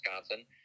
Wisconsin